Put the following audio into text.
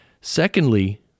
Secondly